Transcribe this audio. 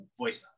voicemail